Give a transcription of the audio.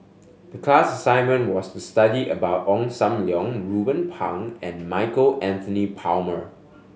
class assignment was to study about Ong Sam Leong Ruben Pang and Michael Anthony Palmer